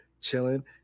chilling